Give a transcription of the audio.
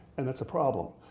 and that's a problem.